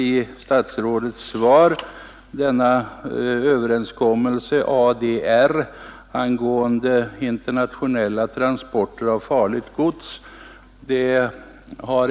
I statsrådets svar nämns överenskommelsen ADR om internationella transporter av farligt gods.